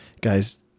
Guys